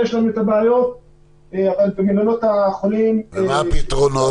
ומה הפתרונות?